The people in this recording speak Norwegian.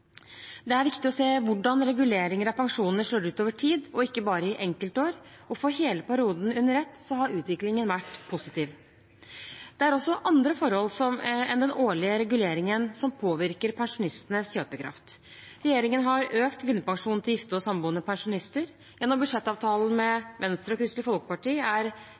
Det er viktig å se hvordan reguleringen av pensjoner slår ut over tid, ikke bare i enkeltår, og for hele perioden under ett har utviklingen vært positiv. Det er også andre forhold enn den årlige reguleringen som påvirker pensjonistenes kjøpekraft. Regjeringen har økt grunnpensjonen til gifte og samboende pensjonister. Gjennom budsjettavtalene med Venstre og Kristelig Folkeparti er